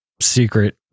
secret